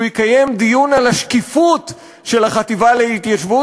יקיים דיון על השקיפות של החטיבה להתיישבות.